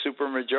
supermajority